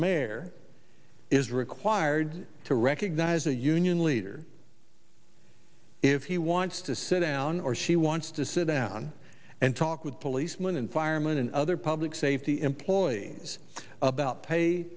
mayor is required to recognize a union leader if he wants to sit down or she wants to sit down and talk with policemen and firemen and other public safety employees about pay